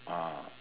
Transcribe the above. ah